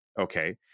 Okay